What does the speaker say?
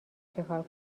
چیکار